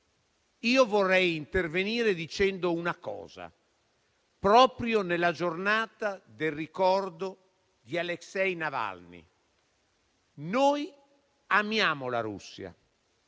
Vorrei intervenire dicendo una cosa, proprio nella giornata del ricordo di Aleksej Navalny. Noi amiamo la Russia.